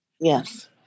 Yes